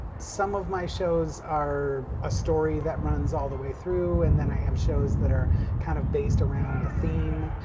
some of my shows are a story that runs all the way through, and then i have shows that are kind of based around a theme,